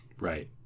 right